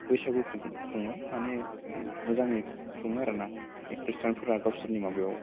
बैसागु खुङो माने मोजाङै खुङो आरो ना बे ख्रिस्टियानफोरा गावसोरनि माबायाव